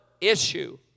issue